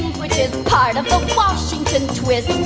which is part of the washington twist.